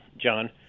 John